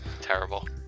Terrible